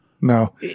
No